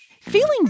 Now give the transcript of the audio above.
Feeling